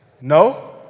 No